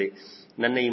ನನ್ನ ಈ ಮೌಲ್ಯವನ್ನು 0